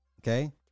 Okay